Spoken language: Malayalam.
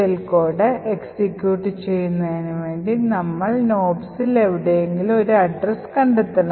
ഷെൽ കോഡ് എക്സിക്യൂട്ട് ചെയ്യുന്നതിനു വേണ്ടി നമ്മൾ nopsൽ എവിടെയെങ്കിലും ഒരു address കണ്ടെത്തണം